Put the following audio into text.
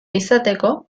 izateko